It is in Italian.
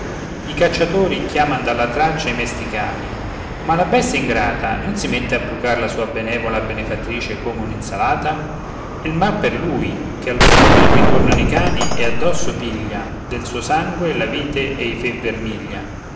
i cacciatori chiaman dalla traccia i mesti cani ma la bestia ingrata non si mette a brucar la sua benevola benefattrice come un'insalata e mal per lui ché allo stormir ritornano i cani e addosso piglia del suo sangue la vite ei fe vermiglia